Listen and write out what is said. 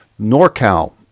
NorCal